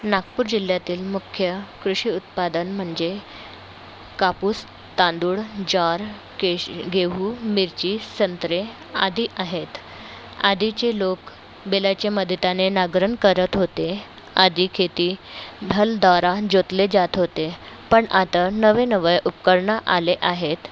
नागपूर जिल्ह्यातील मुख्य कृषिउत्पादन म्हणजे कापूस तांदुळ ज्वार केश गहू मिरची संत्रे आदि आहेत आधीचे लोक बैलाच्या मदतीने नांगरण करत होते आधी खेती धलद्वारा जोतले जात होते पण आता नवे नवय उपकरणं आले आहेत